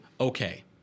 Okay